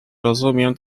rozumiem